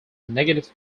negative